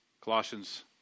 Colossians